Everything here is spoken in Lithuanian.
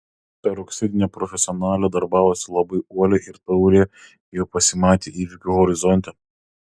peroksidinė profesionalė darbavosi labai uoliai ir taurė jau pasimatė įvykių horizonte